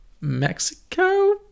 Mexico